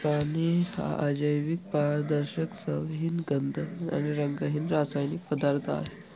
पाणी हा अजैविक, पारदर्शक, चवहीन, गंधहीन आणि रंगहीन रासायनिक पदार्थ आहे